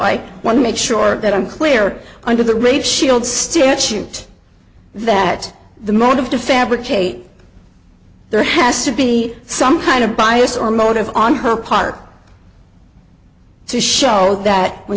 i want to make sure that i'm clear under the rape shield statute that the motive to fabricate there has to be some kind of bias or motive on her part to show that when